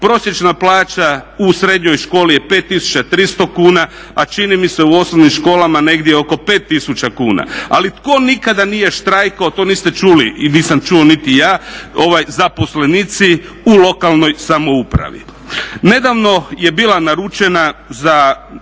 Prosječna plaća u srednjoj školi je 5300 kuna a čini mi se u osnovnim školama negdje oko 5 tisuća kuna. Ali tko nikada nije štrajkao to niste čuli, a nisam čuo niti ja, zaposlenici u lokalnoj samoupravi. Nedavno je bila naručena za,